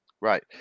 Right